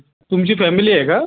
तुमची फॅमिली आहे का